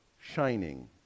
shining